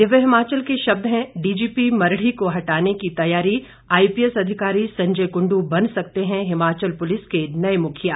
दिव्य हिमाचल के शब्द हैं डीजीपी मरड़ी को हटाने की तैयारी आईपीएस अधिकारी संजय कुंडू बन सकते हैं हिमाचल पुलिस के नए मुखिया